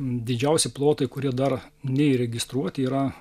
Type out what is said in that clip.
didžiausi plotai kurie dar neįregistruoti yra